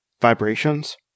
vibrations